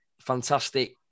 fantastic